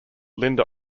linda